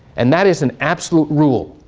and that is an absolute rule.